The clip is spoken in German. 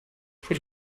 für